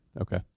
Okay